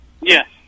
Yes